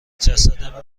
جسدان